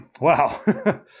wow